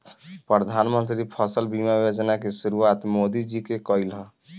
प्रधानमंत्री फसल बीमा योजना के शुरुआत मोदी जी के कईल ह